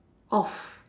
off